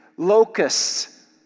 Locusts